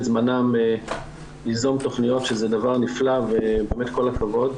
זמנם ליזום תכניות שזה דבר נפלא ובאמת כל הכבוד,